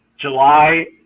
July